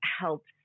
helps